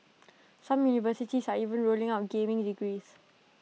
some universities are even rolling out gaming degrees